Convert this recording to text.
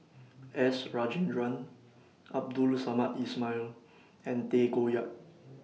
S Rajendran Abdul Samad Ismail and Tay Koh Yat